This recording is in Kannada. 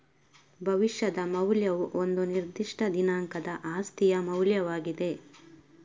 ಭವಿಷ್ಯದ ಮೌಲ್ಯವು ಒಂದು ನಿರ್ದಿಷ್ಟ ದಿನಾಂಕದ ಆಸ್ತಿಯ ಮೌಲ್ಯವಾಗಿದೆ